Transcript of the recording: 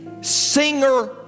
Singer